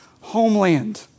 homeland